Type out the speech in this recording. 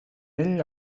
ell